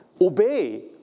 obey